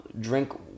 Drink